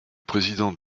président